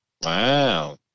Wow